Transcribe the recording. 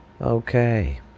Okay